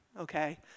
Okay